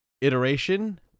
iteration